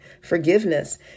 Forgiveness